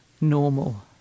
normal